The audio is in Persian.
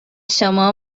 شما